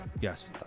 yes